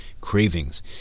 cravings